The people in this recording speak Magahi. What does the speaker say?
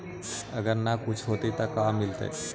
अगर न कुछ होता तो न मिलता?